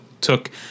took